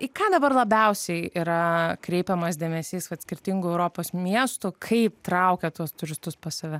į ką dabar labiausiai yra kreipiamas dėmesys kad skirtingų europos miestų kaip traukia tuos turistus pas save